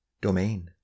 domain